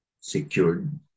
secured